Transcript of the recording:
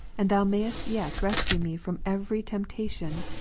and thou mayest yet rescue me from every temptation,